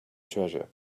treasure